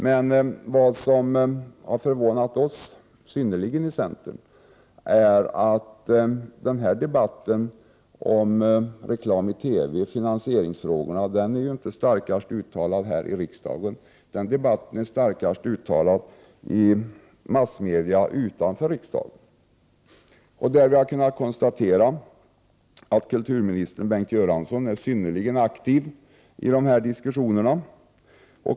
Det har dock förvånat oss i centern synnerligen mycket att debatten om reklam i TV och finansieringsfrågorna har kommit starkast till uttryck i massmedia och inte här i riksdagen. Vi kan konstatera att kulturminister Bengt Göransson är synnerligen aktiv i dessa diskussioner.